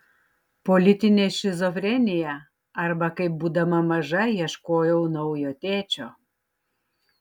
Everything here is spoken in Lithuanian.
politinė šizofrenija arba kaip būdama maža ieškojau naujo tėčio